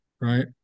right